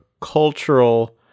cultural